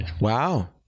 Wow